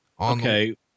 Okay